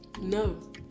no